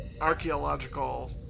archaeological